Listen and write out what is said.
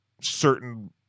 certain –